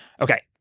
Okay